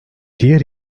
diğer